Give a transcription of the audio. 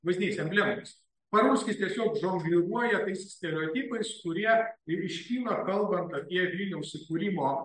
vaizdiniais emblemomis parulskis tiesiog žongliruoja tais stereotipais kurie ir iškyla kalbant apie vilniaus įkūrimo